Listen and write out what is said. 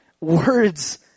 words